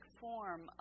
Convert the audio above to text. form